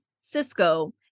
Cisco